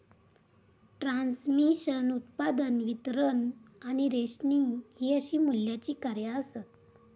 transmission, उत्पादन, वितरण आणि रेशनिंग हि अशी मूल्याची कार्या आसत